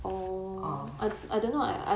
ah